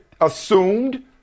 assumed